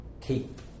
keep